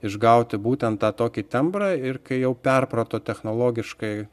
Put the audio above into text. išgauti būtent tą tokį tembrą ir kai jau perprato technologiškai